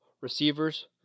receivers